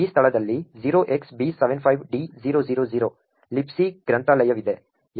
ಆದ್ದರಿಂದ ಮೊದಲ ರನ್ ನಲ್ಲಿ ಈ ಸ್ಥಳದಲ್ಲಿ 0xb75d000 Libc ಗ್ರಂಥಾಲಯವಿದೆ